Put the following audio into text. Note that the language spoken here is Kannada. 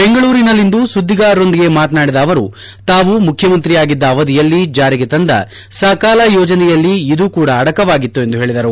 ಬೆಂಗಳೂರಿನಲ್ಲಿಂದು ಸುದ್ದಿಗಾರರೊಂದಿಗೆ ಮಾತನಾಡಿದ ಅವರು ತಾವು ಮುಖ್ಯಮಂತ್ರಿಯಾಗಿದ್ದ ಅವಧಿಯಲ್ಲಿ ಜಾರಿಗೆ ತಂದ ಸಕಾಲ ಯೋಜನೆಯಲ್ಲಿ ಇದು ಕೂಡ ಅಡಕವಾಗಿತ್ತು ಎಂದು ಹೇಳಿದರು